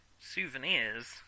Souvenirs